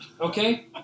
Okay